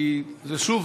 כי שוב,